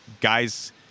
guys